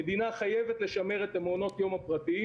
המדינה חייבת לשמר את מעונות היום הפרטיים